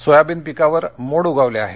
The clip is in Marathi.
सोयाबीन पिकावर मोड उगवले आहेत